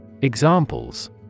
Examples